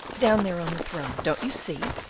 down there on the throne don't you see?